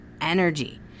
energy